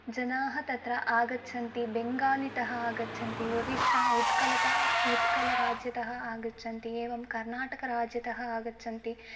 जनाः तत्र आगच्छन्ति बेङ्गालितः आगच्छन्ति ओरिस्सा उत्कलतः उत्कलराज्यतः आगच्छन्ति एवं कर्नाटकराज्यतः आगच्छन्ति